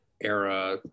era